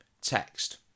text